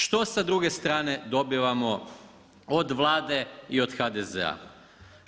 Što sa druge strane dobivamo od Vlade i od HDZ-a.